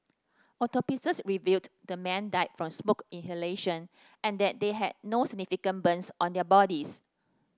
autopsies revealed the men died from smoke inhalation and that they had no significant burns on their bodies